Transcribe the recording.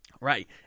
Right